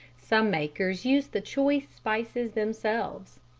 some makers use the choice spices themselves,